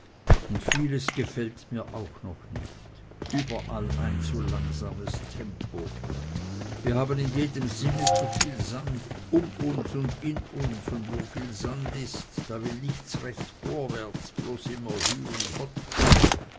und vieles gefällt mir auch noch nicht überall ein zu langsames tempo wir haben in jedem sinne zuviel sand um uns und in uns und wo viel sand ist da will nichts recht vorwärts immer bloß hü und hott